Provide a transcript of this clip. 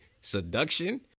Seduction